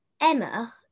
Emma